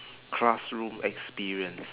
classroom experience